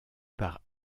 par